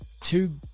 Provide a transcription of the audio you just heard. two